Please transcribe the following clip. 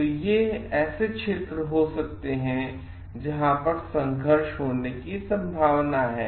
तो ये ऐसे क्षेत्र हो सकते हैं जहां संघर्ष हो सकता है